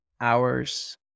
hours